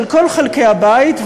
של כל חלקי הבית,